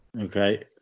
Okay